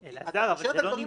יש בזה היגיון,